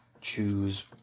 choose